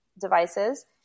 devices